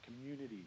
community